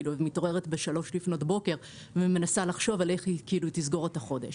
מתעוררת ב-03:00 לפנות בוקר ומנסה לחשוב איך היא תסגור את החודש,